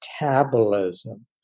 metabolism